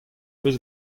peus